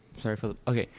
sorry for the, okay,